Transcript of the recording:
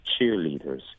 cheerleaders